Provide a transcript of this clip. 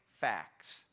facts